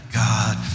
god